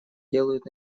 делают